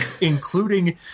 including